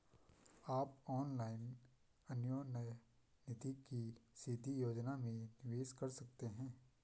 आप ऑनलाइन अन्योन्य निधि की सीधी योजना में निवेश कर सकते हैं